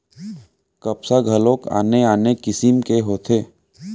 कपसा घलोक आने आने किसिम के होथे